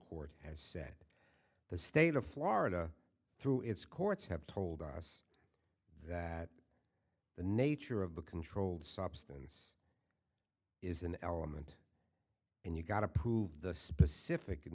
court has said the state of florida through its courts have told us that the nature of the controlled substance is an element and you've got to prove the specific